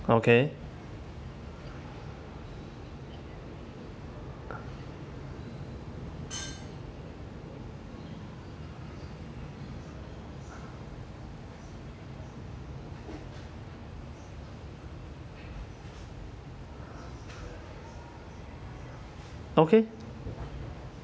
okay okay